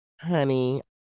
honey